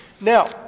Now